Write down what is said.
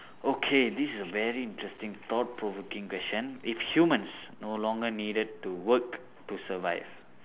okay this is a very interesting thought provoking question if humans no longer needed to work to survive